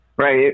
Right